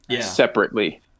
separately